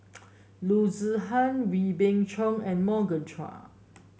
Loo Zihan Wee Beng Chong and Morgan Chua